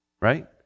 right